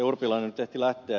urpilainen ehti lähteä